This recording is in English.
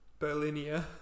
Berlinia